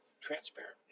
transparent